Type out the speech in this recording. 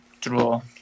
draw